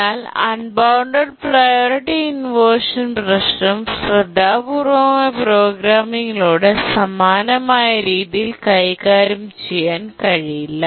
എന്നാൽ unbounded priority inversion പ്രശ്നം ശ്രദ്ധാപൂർവ്വമായ പ്രോഗ്രാമിംഗിലൂടെ സമാനമായ രീതിയിൽ കൈകാര്യം ചെയ്യാൻ കഴിയില്ല